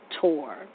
Tour